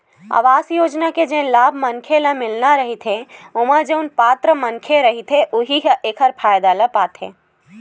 अवास योजना के जेन लाभ मनखे ल मिलना रहिथे ओमा जउन पात्र मनखे रहिथे उहीं ह एखर फायदा ल पाथे